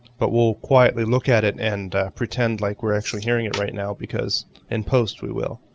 but we'll quietly look at it and pretend like we're actually hearing it right now because in post we will.